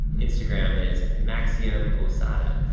instagram is maxium osada,